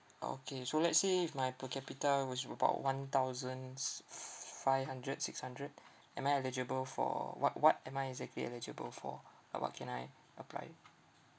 orh okay so let's say if my per capita was about one thousands f~ five hundred six hundred am I eligible for what what am I exactly eligible for uh what can I apply